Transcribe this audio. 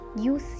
Use